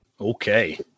Okay